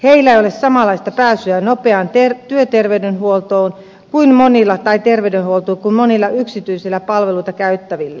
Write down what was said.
heillä ei ole samanlaista pääsyä nopeaan terveydenhuoltoon kuin monilla yksityisiä palveluita käyttävillä